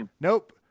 Nope